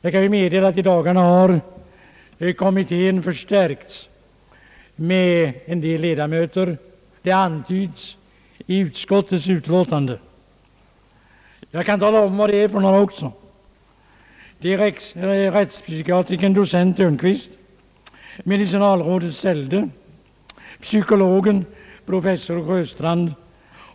Jag kan meddela att i dagarna har kommittén förstärkts med en del ledamöter, vilket också antyds i utskottets utlåtande. Jag kan här tala om vilka det är: rättspsykiatrikern docent Törnqvist, medicinalrådet Sälde, psykologen professor Sjöstrand